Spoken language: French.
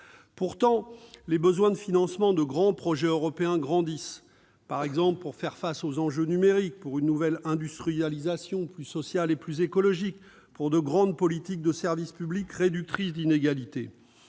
Pourtant, le besoin de financer de grands projets européens grandit, par exemple pour faire face aux enjeux numériques, pour engager une nouvelle industrialisation, plus sociale et plus écologique, pour mettre en place de grandes politiques de service public réductrices d'inégalités.